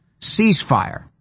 ceasefire